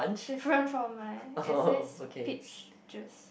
different from mine it says peach juice